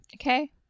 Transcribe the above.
okay